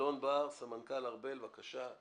אלון בר, סמנכ"ל ארב"ל בבקשה.